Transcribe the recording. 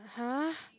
!huh!